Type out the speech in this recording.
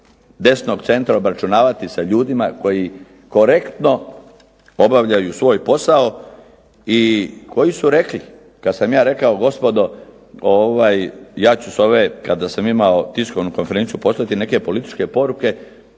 desnog centra obračunavati sa ljudima koji korektno obavljaju svoj posao i koji su rekli kad sam ja rekao gospodo, ja ću s ove, kada sam imao tiskovnu konferenciju, poslati neke političke poruke